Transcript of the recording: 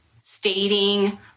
stating